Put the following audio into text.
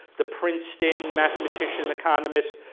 the princeton mathematician economist.